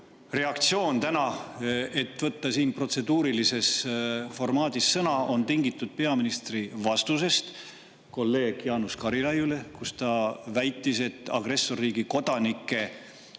reaktsioon täna võtta siin protseduurilises formaadis sõna on tingitud peaministri vastusest kolleeg Jaanus Karilaiule, kus ta väitis, et agressorriigi kodanike …